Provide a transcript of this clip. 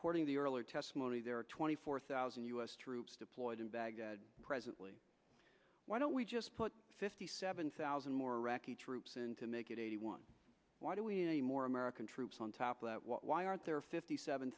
according the earlier testimony there are twenty four thousand u s troops deployed in baghdad presently why don't we just put fifty seven thousand more troops in to make it eighty one why do we a more american troops on top of that why aren't there fifty seven